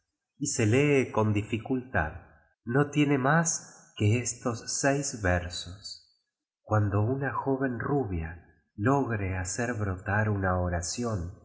y se lee con dificultad no tiene más que estos seis versos cuando una joven rubia loare hacer brotar una oración